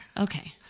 Okay